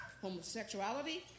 homosexuality